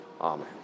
Amen